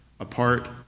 apart